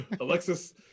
alexis